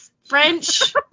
french